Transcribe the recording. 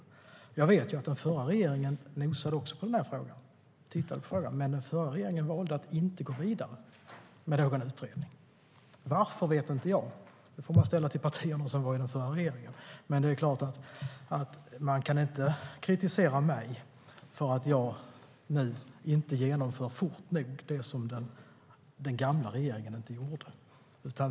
Jag vet att också den förra regeringen nosade på den här frågan, men den förra regeringen valde att inte gå vidare med någon utredning. Varför vet inte jag. Den frågan får man ställa till partierna i den förra regeringen. Men man kan inte kritisera mig för att jag nu inte fort nog genomför det som den förra regeringen inte gjorde.